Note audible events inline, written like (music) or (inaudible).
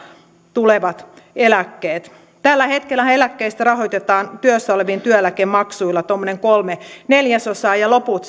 tulevat eläkkeet tällä hetkellähän eläkkeistä rahoitetaan työssä olevien työeläkemaksuilla tuommoinen kolme neljäsosaa ja loput (unintelligible)